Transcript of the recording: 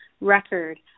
record